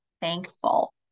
thankful